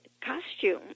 costume